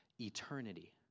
eternity